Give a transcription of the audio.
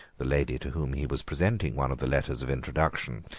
the lady to whom he was presenting one of the letters of introduction,